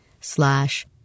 slash